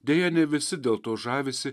deja ne visi dėl to žavisi